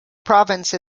province